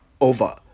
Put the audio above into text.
over